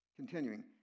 Continuing